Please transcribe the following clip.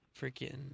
freaking